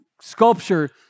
sculpture